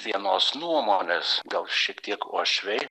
vienos nuomonės gal šiek tiek uošviai